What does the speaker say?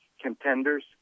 contenders